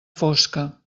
fosca